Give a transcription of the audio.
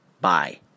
bye